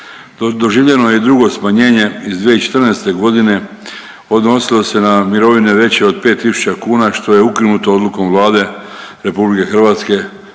Doživljeno je i drugo smanjenje iz 2014. godine odnosilo se na mirovine veće od 5.000 kuna što je ukinuto odlukom Vlade RH na